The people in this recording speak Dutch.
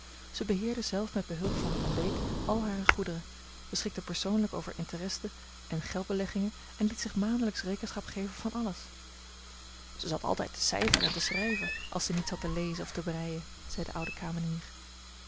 zij beheerde zelf met behulp van van beek al hare goederen beschikte persoonlijk over interesten en geldbeleggingen en liet zich maandelijks rekenschap geven van alles ze zat altijd te cijferen en te schrijven als ze niet zat te lezen of te breien zei de oude kamenier